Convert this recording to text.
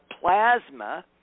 plasma